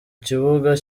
kibuga